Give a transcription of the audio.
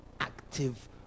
active